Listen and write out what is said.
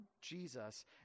Jesus